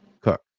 cook